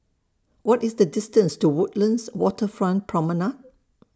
What IS The distance to Woodlands Waterfront Promenade